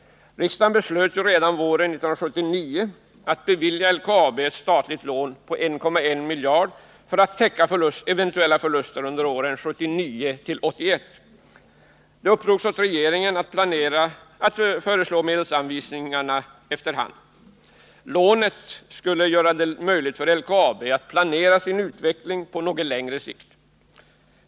Riksdagen beslöt ju redan våren 1979 att bevilja LKAB ett statligt lån på 1,1 miljarder för att täcka eventuella förluster under åren 1979-1981. Det uppdrogs åt regeringen att föreslå medelsanvisningarna i efterhand. Lånet skulle göra det möjligt för LKAB att planera sin utveckling på något längre sikt.